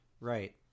Right